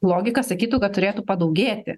logika sakytų kad turėtų padaugėti